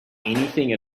anything